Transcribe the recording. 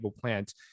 plant